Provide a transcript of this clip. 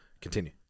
Continue